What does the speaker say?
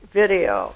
video